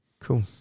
Cool